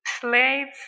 slaves